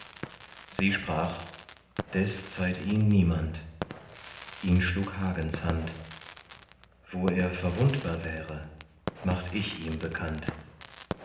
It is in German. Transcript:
sie sprach des zeiht ihn niemand ihn schlug hagens hand wo er verwundbar wäre macht ich ihm bekannt